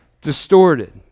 distorted